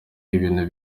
ibintu